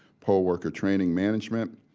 poll work training management,